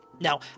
Now